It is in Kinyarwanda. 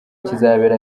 kizabera